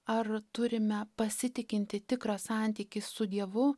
ar turime pasitikintį tikrą santykį su dievu